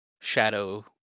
shadow